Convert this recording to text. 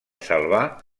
salvar